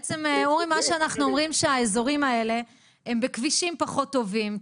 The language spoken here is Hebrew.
בעצם אורי מה שאנחנו אומרים שהאזורים האלה הם בכבישים פחות טובים,